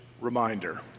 reminder